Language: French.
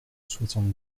soixante